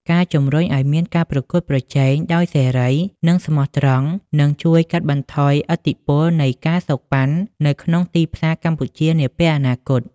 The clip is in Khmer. ការជម្រុញឱ្យមានការប្រកួតប្រជែងដោយសេរី និងស្មោះត្រង់ នឹងជួយកាត់បន្ថយឥទ្ធិពលនៃ ការសូកប៉ាន់ នៅក្នុងទីផ្សារកម្ពុជានាពេលអនាគត។